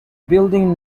building